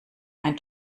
ein